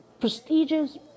prestigious